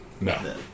No